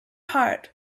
heart